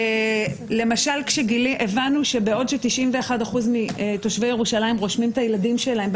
למשל כשהבנו שבעוד ש-91% מתושבי ירושלים רושמים את הילדים שלהם,